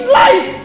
life